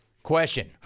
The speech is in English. Question